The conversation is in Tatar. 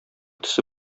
төсе